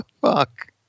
fuck